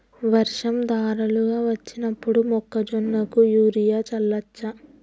వర్షం ధారలుగా వచ్చినప్పుడు మొక్కజొన్న కు యూరియా చల్లచ్చా?